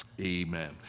Amen